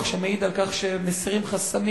הפיתוח, שמעיד על כך שמסירים חסמים,